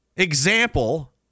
example